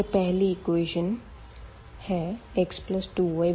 यह पहली इक्वेशन है x2y4